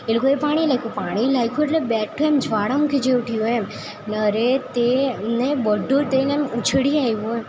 એ લોકોએ પાણી નાખ્યું પાણી નાખ્યું એટલે બેઠું એમ જ્વાળામુખી જેવું થયું એમ અરે તેલને બધું તેલ આમ ઊછળી આવ્યું એમ